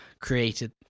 created